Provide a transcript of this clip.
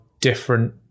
different